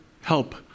help